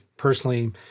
Personally